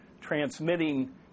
transmitting